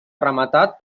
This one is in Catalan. rematat